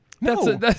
No